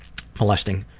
molesting